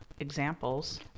examples